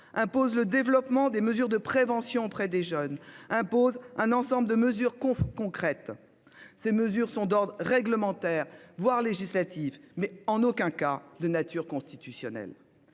impose le développement des mesures de prévention auprès des jeunes, impose un ensemble de mesures concrètes, d'ordre réglementaire ou législatif, mais en aucun cas de nature constitutionnelle.